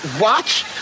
watch